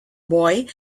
boy